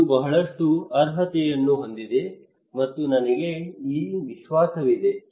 ಇದು ಬಹಳಷ್ಟು ಅರ್ಹತೆಯನ್ನು ಹೊಂದಿದೆ ಮತ್ತು ನನಗೆ ಈ ವಿಶ್ವಾಸವಿದೆ